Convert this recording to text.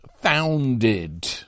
founded